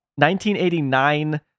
1989